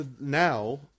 now